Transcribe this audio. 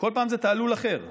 כל פעם זה תעלול אחר.